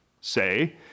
say